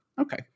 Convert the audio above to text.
Okay